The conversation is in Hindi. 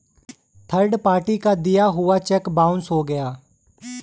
थर्ड पार्टी का दिया हुआ चेक बाउंस हो गया